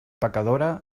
pecadora